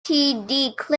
clinic